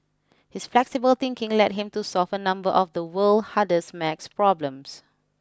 his flexible thinking led him to solve a number of the world's hardest math problems